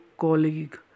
colleague